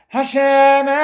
Hashem